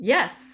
Yes